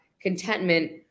contentment